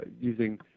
using